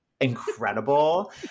incredible